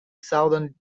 southern